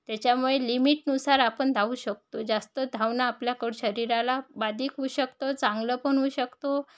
त्याच्यामुळे लिमिटनुसार आपण धावू शकतो जास्त धावणं आपल्याकडं शरीराला बाधक होऊ शकतो चांगलं पण होऊ शकतो